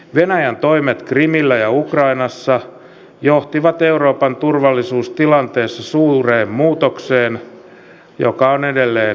venäjän toimet krimillä ja ukrainassa johtivat euroopan turvallisuustilanteessa suureen muutokseen joka on edelleen käynnissä